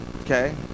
Okay